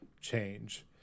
change